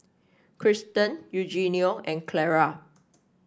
Krysten Eugenio and Clara